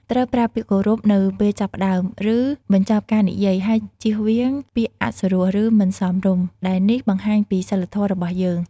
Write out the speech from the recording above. ត្រូវប្រើពាក្យគោរពនៅពេលចាប់ផ្ដើម ឬបញ្ចប់ការនិយាយ ហើយជៀសវាងពាក្យអសុរោះ ឬមិនសមរម្យ ដែលនេះបង្ហាញពីសីលធម៌របស់យើង។